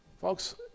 Folks